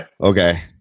Okay